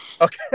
Okay